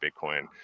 bitcoin